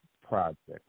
project